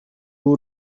w’u